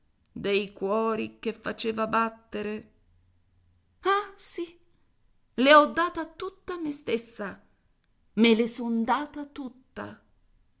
dei cuori che faceva battere ah sì le ho data tutta me stessa me le son data tutta